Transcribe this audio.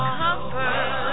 comfort